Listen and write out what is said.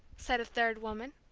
said a third woman,